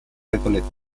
recoleta